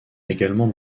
également